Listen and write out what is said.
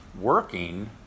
working